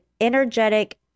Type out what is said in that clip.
energetic